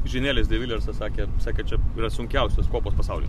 žinėlis deviljarsas sakė sakė čia yra sunkiausios kopos pasauly